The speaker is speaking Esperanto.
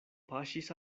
paŝis